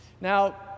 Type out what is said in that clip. Now